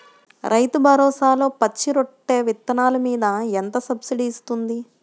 రైతు భరోసాలో పచ్చి రొట్టె విత్తనాలు మీద ఎంత సబ్సిడీ ఇస్తుంది?